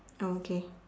oh okay